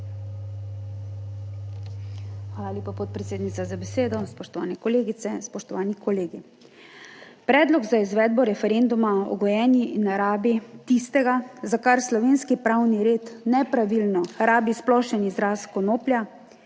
Hvala lepa, podpredsednica, za besedo. Spoštovane kolegice, spoštovani kolegi! Predlog za izvedbo referenduma o gojenju in rabi tistega, za kar slovenski pravni red nepravilno rabi splošen izraz konoplja,